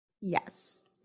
yes